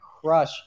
crush